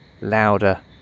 louder